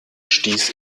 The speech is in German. stieß